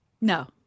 No